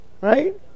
Right